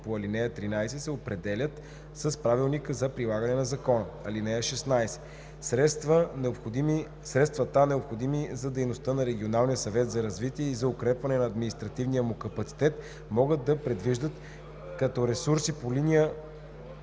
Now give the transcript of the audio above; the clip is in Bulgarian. по ал. 13 се определят с правилника за прилагане на закона. (16) Средствата, необходими за дейността на регионалния съвет за развитие и за укрепване на административния му капацитет, могат да се предвиждат като ресурси по линия